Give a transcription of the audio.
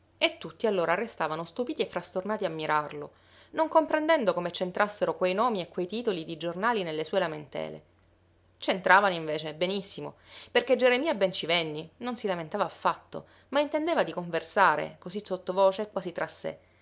e tutti allora restavano stupiti e frastornati a mirarlo non comprendendo come c'entrassero quei nomi e quei titoli di giornali nelle sue lamentele c'entravano invece benissimo perché geremia bencivenni non si lamentava affatto ma intendeva di conversare così sottovoce e quasi tra sé